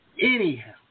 Anyhow